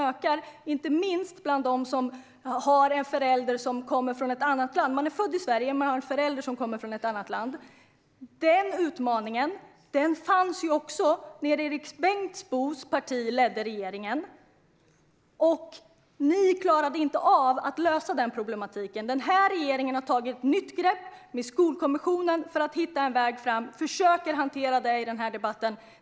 Utmaningarna består bland annat i att se till att kunskapsresultaten ökar, inte minst bland dem som är födda i Sverige men som har en förälder som kommer från ett annat land. Ni klarade inte av att lösa denna problematik. Den här regeringen har tagit ett nytt grepp genom Skolkommissionen för att hitta en väg framåt. Vi försöker hantera det i den här debatten.